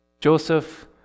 Joseph